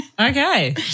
Okay